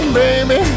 baby